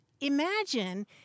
imagine